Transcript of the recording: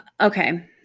okay